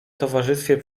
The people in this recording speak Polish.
towarzystwie